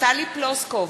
טלי פלוסקוב,